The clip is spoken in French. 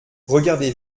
regardez